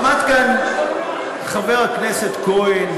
עמד כאן חבר הכנסת כהן,